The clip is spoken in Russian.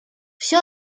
все